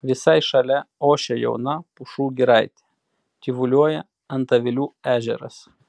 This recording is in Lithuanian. visai šalia ošia jauna pušų giraitė tyvuliuoja antavilių ežeras